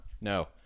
no